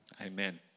Amen